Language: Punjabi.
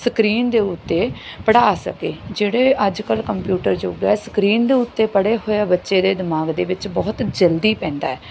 ਸਕਰੀਨ ਦੇ ਉੱਤੇ ਪੜ੍ਹਾ ਸਕੇ ਜਿਹੜੇ ਅੱਜ ਕੱਲ੍ਹ ਕੰਪਿਊਟਰ ਯੁਗ ਹੈ ਸਕਰੀਨ ਦੇ ਉੱਤੇ ਪੜ੍ਹੇ ਹੋਏ ਆ ਬੱਚੇ ਦੇ ਦਿਮਾਗ ਦੇ ਵਿੱਚ ਬਹੁਤ ਜਲਦੀ ਪੈਂਦਾ